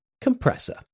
compressor